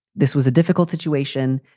this was a difficult situation.